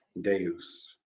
deus